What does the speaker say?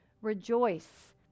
Rejoice